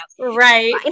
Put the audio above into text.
Right